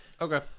okay